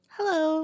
Hello